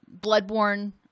bloodborne